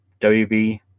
WB